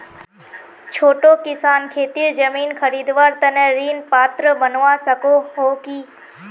छोटो किसान खेतीर जमीन खरीदवार तने ऋण पात्र बनवा सको हो कि?